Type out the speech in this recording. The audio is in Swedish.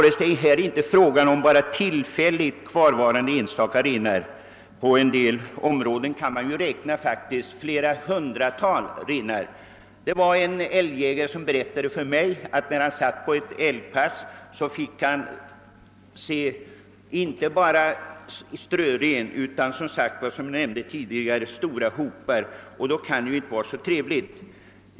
Det är sålunda inte bara fråga om tillfälligt kvarvarande enstaka renar, utan på en del platser kan man räkna till flera hundra renar. En älgjägare har berättat, att när han en gång satt på ett älgpass fick han se inte bara enstaka renar utan som jag sade stora hopar. Det kan ju inte vara tillfredsställande.